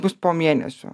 bus po mėnesio